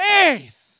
faith